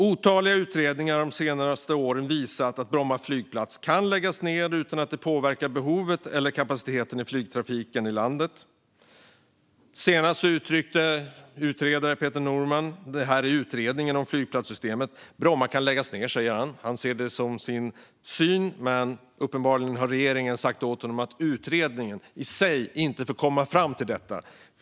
Otaliga utredningar har under de senaste åren visat att Bromma flygplats kan läggas ned utan att det påverkar behovet eller kapaciteten för flygtrafiken i landet. Senast uttryckte utredaren Peter Norman detta i sin utredning om flygplatssystemet. Han säger att Bromma kan läggas ned. Han säger att det är hans egen syn. Uppenbarligen har regeringen sagt åt honom att utredningen i sig inte får komma fram till detta.